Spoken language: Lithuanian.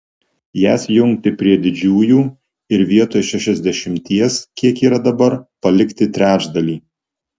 jas jungti prie didžiųjų ir vietoj šešiasdešimties kiek yra dabar palikti trečdalį